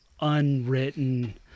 unwritten